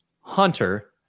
Hunter